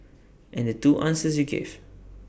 and the two answers you gave